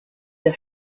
der